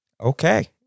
Okay